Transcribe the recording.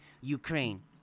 Ukraine